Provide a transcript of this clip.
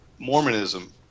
Mormonism